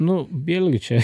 nu vėlgi čia